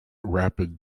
rapid